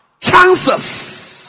Chances